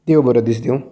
देव बरो दीस दिवं